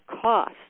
cost